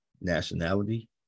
nationality